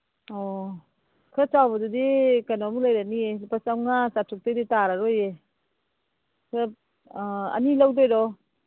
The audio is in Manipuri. ꯑꯣ ꯈꯔ ꯆꯥꯎꯕꯗꯨꯗꯤ ꯀꯩꯅꯣꯃꯨꯛ ꯂꯩꯔꯅꯤꯌꯦ ꯂꯨꯄꯥ ꯆꯧꯉꯥ ꯆꯥꯇ꯭ꯔꯨꯛꯇꯩꯗꯤ ꯇꯥꯔꯔꯣꯏꯌꯦ ꯑꯅꯤ ꯂꯧꯗꯣꯏꯔꯣ